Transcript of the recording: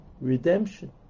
Redemption